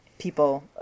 people